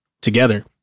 together